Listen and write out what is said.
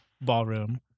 ballroom